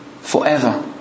forever